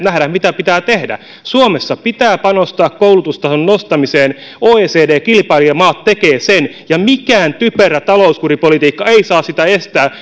näemme mitä pitää tehdä suomessa pitää panostaa koulutustason nostamiseen oecd kilpailijamaat tekevät sen ja mikään typerä talouskuripolitiikka ei saa sitä estää